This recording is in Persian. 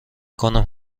کنم